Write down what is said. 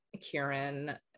Kieran